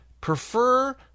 prefer